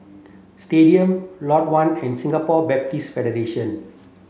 Stadium Lot One and Singapore Buddhist Federation